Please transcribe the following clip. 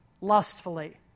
lustfully